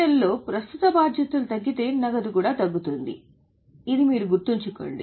CL లో ప్రస్తుత బాధ్యతలు తగ్గితే నగదు కూడా తగ్గుతుంది అని మీరు గుర్తుంచుకోండి